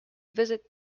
visit